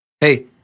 Hey